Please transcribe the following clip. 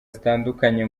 zitandukanye